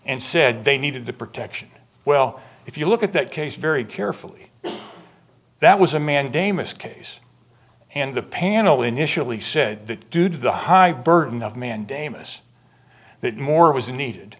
and said they needed the protection well if you look at that case very carefully that was a mandamus case and the panel initially said that due to the high burden of mandamus that more was needed